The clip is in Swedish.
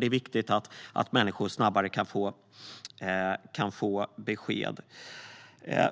Det är viktigt att människor kan få snabbare besked.